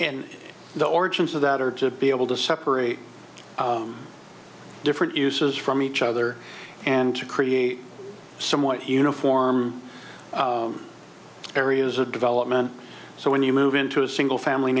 and the origins of that are to be able to separate different uses from each other and to create somewhat uniform areas of development so when you move into a single family